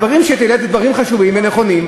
הדברים שאת העלית הם חשובים ונכונים,